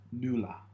Nula